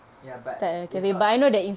ya but it's not